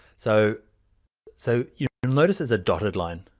so so you'll notice it's a dotted line.